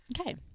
Okay